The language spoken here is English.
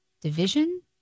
division